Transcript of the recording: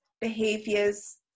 behaviors